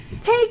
Hey